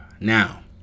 Now